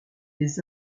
des